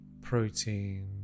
protein